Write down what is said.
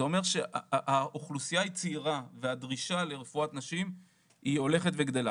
זה אומר שהאוכלוסייה היא צעירה והדרישה לרפואת נשים היא הולכת וגדלה